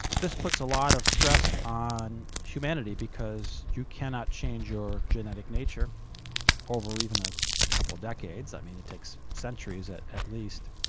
this puts a lot of stress on humanity, because you cannot change your genetic nature over even a couple of decades i mean, it takes centuries at at least